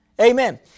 Amen